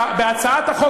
בהצעת החוק,